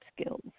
skills